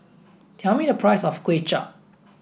tell me the price of Kway Chap